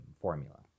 formula